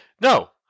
No